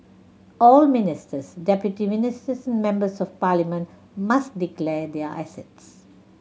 all ministers deputy ministers and members of parliament must declare their assets